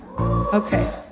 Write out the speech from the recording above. Okay